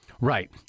Right